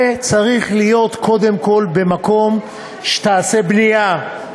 זה צריך להיות קודם כול במקום שתיעשה בנייה,